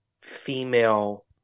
female